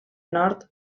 nord